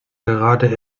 gerade